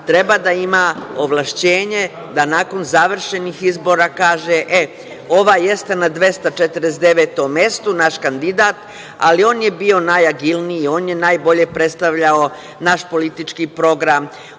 treba da ima ovlašćenje da nakon završenih izbora kaže - e, ovaj jeste na 249. mestu, naš kandidat, ali on je bio najagilniji, on je najbolje predstavljao naš politički program,